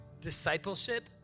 discipleship